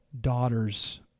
daughters